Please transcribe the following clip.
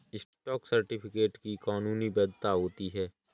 stock certificate की कानूनी वैधता होती है